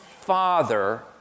father